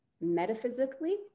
Metaphysically